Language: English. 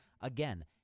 again